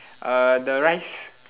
uh the rice